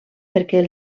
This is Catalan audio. perquè